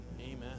Amen